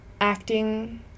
acting